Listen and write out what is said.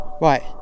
Right